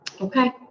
Okay